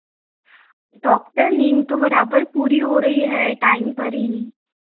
doctor नींद तो बराबर पूरी हो रही है टाइम पर ही